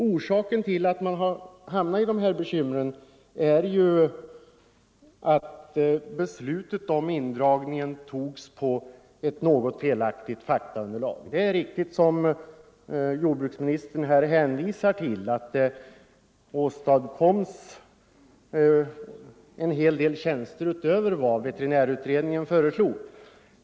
Orsaken till att man har hamnat i dessa bekymmer är att beslutet om indragningen togs med ett något felaktigt faktaunderlag. Det är riktigt, som jordbruksministern här hänvisar till, att det åstadkoms en hel del tjänster utöver vad veterinärutredningen föreslog.